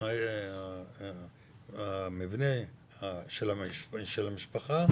המבנה של המשפחה,